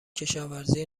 کشاورزی